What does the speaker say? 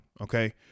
okay